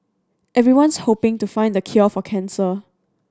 everyone's hoping to find the cure for cancer